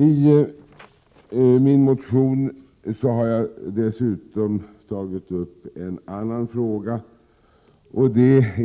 I min motion har jag också tagit upp en annan fråga. Den